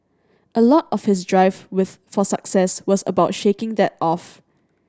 a lot of his drive with for success was about shaking that off